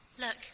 Look